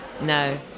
No